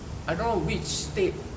I don't know which state